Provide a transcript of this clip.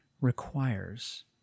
requires